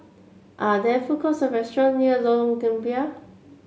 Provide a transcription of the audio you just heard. are there food courts or restaurant near Lorong Gambir